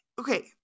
okay